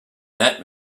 that